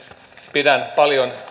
pidän paljon